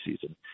season